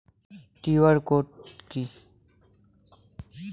QR code কি?